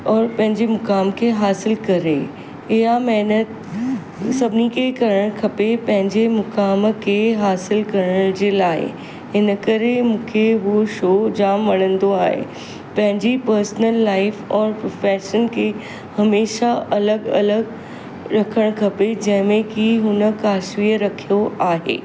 और पंहिंजे मुक़ाम खे हासिल करे इहा महिनतु सभिनी खे करणु खपे पंहिंजे मुक़ाम खे हासिलु करण जे लाइ हिन करे मूंखे उहो शो जाम वणंदो आहे पंहिंजी पर्सनल लाइफ और प्रोफेशन खे हमेशह अलॻि अलॻि रखणु खपे जंहिंमें की हुन काशवी रखियो आहे